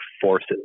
forces